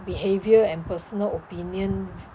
behaviour and personal opinion